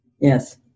Yes